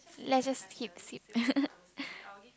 let's just keep